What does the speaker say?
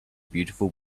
beautiful